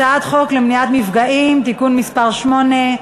הצעת חוק למניעת מפגעים (תיקון מס' 8),